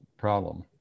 problem